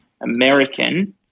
American